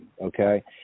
okay